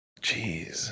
Jeez